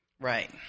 Right